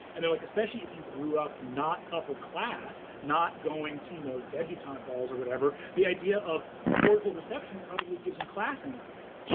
and they're like, especially if you grew up not upper-class, not going to you know debutante balls or whatever, the idea of cordial reception probably gives you class anxiety.